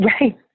Right